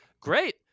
Great